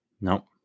No